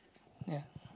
ya